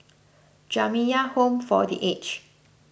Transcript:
Jamiyah Home for the Aged